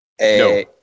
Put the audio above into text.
No